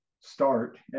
start